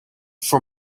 for